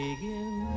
Begin